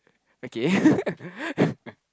okay